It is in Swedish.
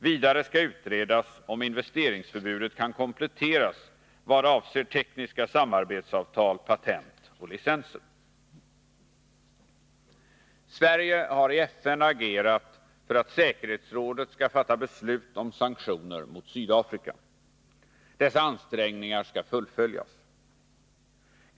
Vidare skall utredas om investeringsförbudet kan kompletteras vad avser tekniska samarbetsavtal, patent och licenser. Sverige har i FN agerat för att säkerhetsrådet skall fatta beslut om sanktioner mot Sydafrika. Dessa ansträngningar skall fullföljas.